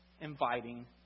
Inviting